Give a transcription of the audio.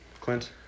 Clint